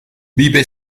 vive